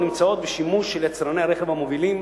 הנמצאות בשימוש יצרני הרכב המובילים,